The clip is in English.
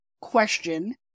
question